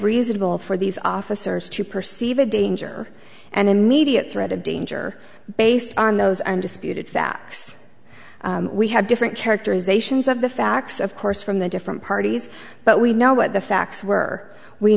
reasonable for these officers to perceive a danger and immediate threat of danger based on those undisputed facts we have different characterizations of the facts of course from the different parties but we know what the facts were we